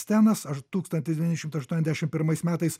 stenas ar tūkstantis devyni šimtai aštuoniasdešim pirmais metais